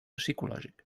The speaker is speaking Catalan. psicològic